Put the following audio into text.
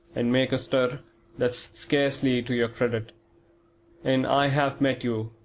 and make a stir that's scarcely to your credit and i have met you,